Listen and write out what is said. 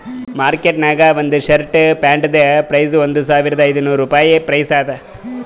market ನಾಗ್ ಒಂದ್ shirt ಪ್ಯಾಂಟ್ದು ಪ್ರೈಸ್ ಒಂದ್ ಸಾವಿರದ ಐದ ನೋರ್ ರುಪಾಯಿ ಪ್ರೈಸ್ ಅದಾ